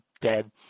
dead